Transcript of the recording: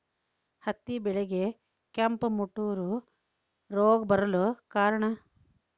ಹತ್ತಿ ಬೆಳೆಗೆ ಕೆಂಪು ಮುಟೂರು ರೋಗ ಬರಲು ಕಾರಣ?